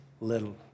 little